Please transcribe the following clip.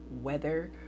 weather